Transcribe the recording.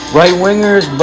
right-wingers